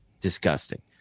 disgusting